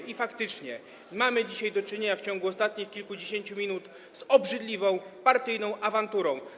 I faktycznie mamy dzisiaj do czynienia, w ciągu ostatnich kilkudziesięciu minut, z obrzydliwą partyjną awanturą.